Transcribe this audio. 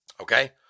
okay